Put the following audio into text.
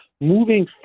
moving